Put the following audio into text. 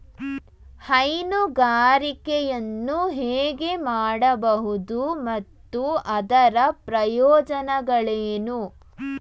ಹೈನುಗಾರಿಕೆಯನ್ನು ಹೇಗೆ ಮಾಡಬಹುದು ಮತ್ತು ಅದರ ಪ್ರಯೋಜನಗಳೇನು?